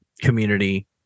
community